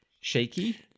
shaky